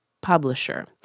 Publisher